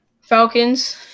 Falcons